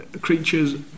creatures